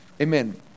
Amen